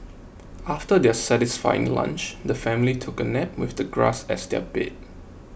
after their satisfying lunch the family took a nap with the grass as their bed